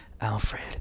Alfred